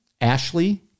Ashley